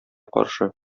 каршы